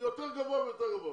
יותר גבוה ויותר גבוה.